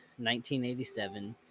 1987